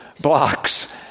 blocks